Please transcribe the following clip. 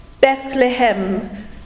Bethlehem